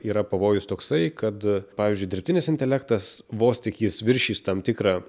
yra pavojus toksai kad pavyzdžiui dirbtinis intelektas vos tik jis viršys tam tikrą